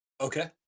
Okay